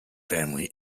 family